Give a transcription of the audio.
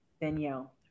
Danielle